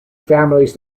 families